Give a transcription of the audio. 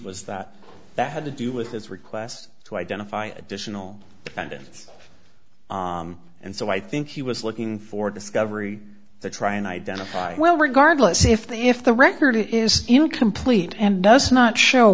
was that that had to do with his requests to identify additional evidence and so i think he was looking for discovery that try and identify well regardless if they if the record is incomplete and does not show